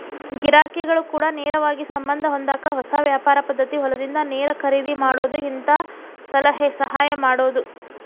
ಗಿರಾಕಿಗಳ ಕೂಡ ನೇರವಾಗಿ ಸಂಬಂದ ಹೊಂದಾಕ ಹೊಸ ವ್ಯಾಪಾರ ಪದ್ದತಿ ಹೊಲದಿಂದ ನೇರ ಖರೇದಿ ಮಾಡುದು ಹಿಂತಾ ಸಲಹೆ ಸಹಾಯ ಮಾಡುದು